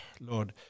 Lord